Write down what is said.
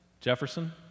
Jefferson